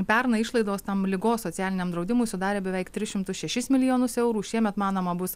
pernai išlaidos tam ligos socialiniam draudimui sudarė beveik tris šimtus šešis milijonus eurų šiemet manoma bus